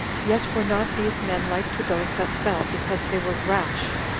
yet were not these men like to those that fell, because they were rash,